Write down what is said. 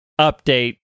update